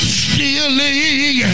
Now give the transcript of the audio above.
stealing